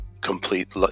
complete